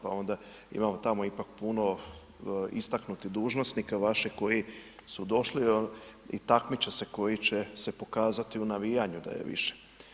Pa onda imamo tamo ipak puno istaknutih dužnosnika, vaših koji su došli i takmiče se koji će se pokazati u navijanju da je više.